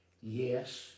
Yes